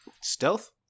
Stealth